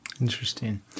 Interesting